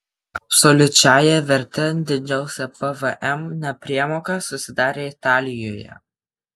absoliučiąja verte didžiausia pvm nepriemoka susidarė italijoje